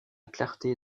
clarté